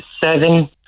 seven